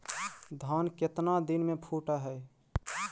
धान केतना दिन में फुट है?